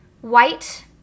White